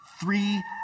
three